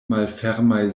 malfermaj